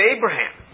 Abraham